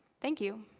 thank you.